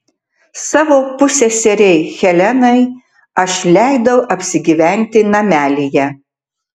savo pusseserei helenai aš leidau apsigyventi namelyje